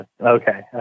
Okay